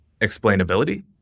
explainability